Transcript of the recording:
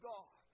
God